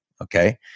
okay